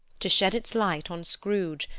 to shed its light on scrooge,